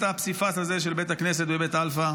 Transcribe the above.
הפסיפס הזה של בית הכנסת בבית אלפא,